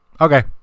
Okay